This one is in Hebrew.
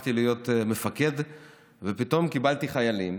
הפכתי להיות מפקד ופתאום קיבלתי חיילים,